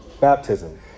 baptism